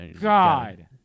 God